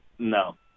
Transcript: No